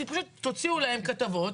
פשוט תוציאו כתבות.